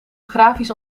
grafisch